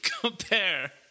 compare